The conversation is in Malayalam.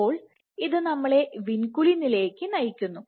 അപ്പോൾ ഇത് നമ്മളെ വിൻകുലിനിലേക്ക് നയിക്കുന്നു